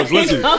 Listen